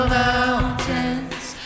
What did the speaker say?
mountains